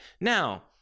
Now